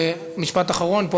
ומשפט אחרון: פה,